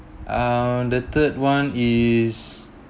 uh the third [one] is